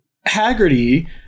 Haggerty